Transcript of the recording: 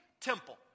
temple